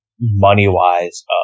money-wise